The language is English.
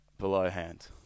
belowhand